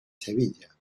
sevilla